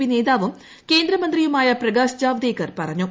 P നേതാവും കേന്ദ്രമന്ത്രിയുമായ പ്രകാശ് ജാവദേക്കർ പറഞ്ഞു